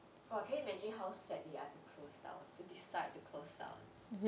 !wah! can you imagine how sad they are to close down to decide to close down